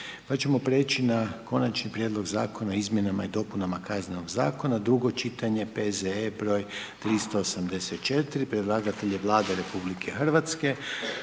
Pa ćemo prijeći na: - Konačni prijedlog Zakona o izmjenama i dopunama Kaznenog zakona, drugo čitanje, P.Z.E. br. 384; Predlagatelj je Vlada RH na